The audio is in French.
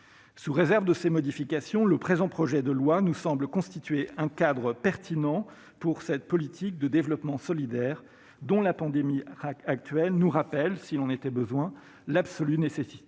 Sous réserve de ces modifications, le présent projet de loi nous semble constituer un cadre pertinent pour cette politique de développement solidaire, dont la pandémie actuelle nous rappelle, s'il en était besoin, l'absolue nécessité.